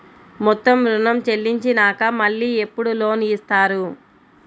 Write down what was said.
మొత్తం ఋణం చెల్లించినాక మళ్ళీ ఎప్పుడు లోన్ ఇస్తారు?